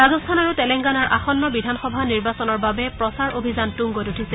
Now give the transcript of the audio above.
ৰাজস্থান আৰু তেলেংগানাৰ আসন্ন বিধানসভা নিৰ্বাচনৰ বাবে প্ৰচাৰ অভিযান তুংগত উঠিছে